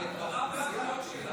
אפשר להיות נגד, זה בסדר.